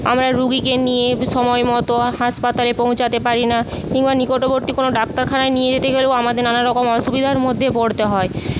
আমরা রুগীকে নিয়ে সময় মতো হাসপাতালে পৌঁছাতে পারি না কিংবা নিকটবর্তী কোনো ডাক্তারখানায় নিয়ে যেতে গেলেও আমাদের নানারকম অসুবিধার মধ্যে পরতে হয়